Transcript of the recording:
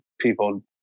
people